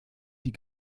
die